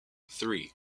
three